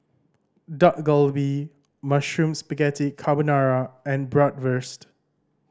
Dak Galbi Mushroom Spaghetti Carbonara and Bratwurst